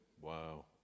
Wow